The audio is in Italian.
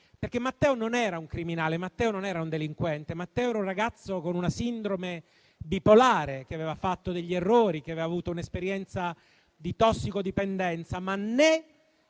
lì. Matteo non era un criminale, non era un delinquente, era un ragazzo con una sindrome bipolare, che aveva fatto degli errori, che aveva avuto un'esperienza di tossicodipendenza, ma né